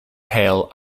pale